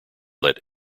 let